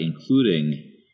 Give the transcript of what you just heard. including